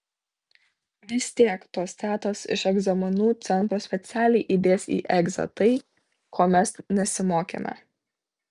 vis tiek tos tetos iš egzaminų centro specialiai įdės į egzą tai ko mes nesimokėme